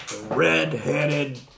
Red-headed